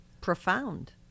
Profound